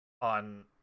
on